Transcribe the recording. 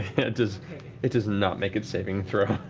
and it does it does not make its saving throw.